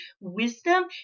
wisdom